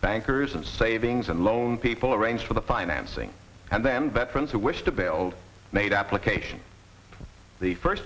bankers and savings and loan people arrange for the financing and then bet friends who wish to bail made application the first